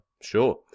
Sure